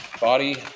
body